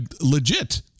legit